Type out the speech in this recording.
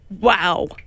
wow